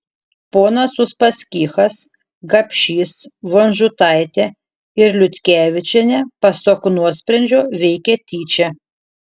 ponas uspaskichas gapšys vonžutaitė ir liutkevičienė pasak nuosprendžio veikė tyčia